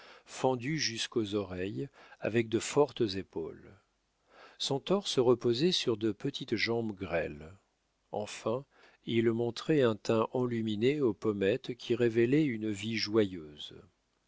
fendue jusqu'aux oreilles avec de fortes épaules son torse reposait sur de petites jambes grêles enfin il montrait un teint enluminé aux pommettes qui révélait une vie joyeuse